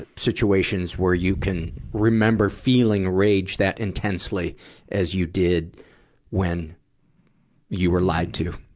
situations where you can remember feeling rage that intensely as you did when you were lied to?